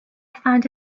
found